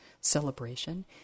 celebration